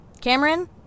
Cameron